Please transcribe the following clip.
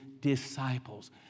disciples